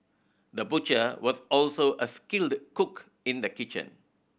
the butcher was also a skilled cook in the kitchen